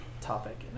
topic